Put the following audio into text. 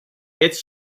its